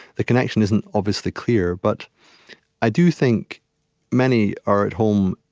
the connection isn't obviously clear. but i do think many are at home,